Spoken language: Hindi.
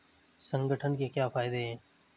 संगठन के क्या फायदें हैं?